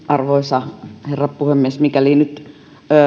arvoisa herra puhemies mikäli nyt